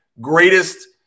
greatest